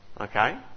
Okay